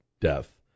death